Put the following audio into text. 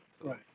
right